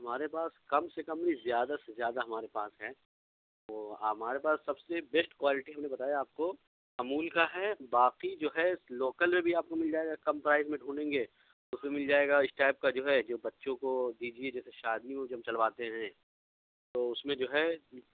ہمارے پاس کم سے کم نہیں زیادہ سے زیادہ ہمارے پاس ہے وہ ہمارے پاس سب سے بیسٹ کوالٹی ہم نے بتایا آپ کو امول کا ہے باقی جو ہے لوکل میں بھی آپ کو مل جائے گا کم پرائس میں ڈھونڈیں گے اس میں مل جائے گا اس ٹائپ کا جو ہے جو بچوں کو دیجیے جیسے شادیوں میں جو ہم چلواتے ہیں تو اس میں جو ہے